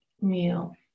meal